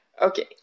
okay